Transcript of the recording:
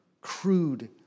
crude